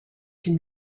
can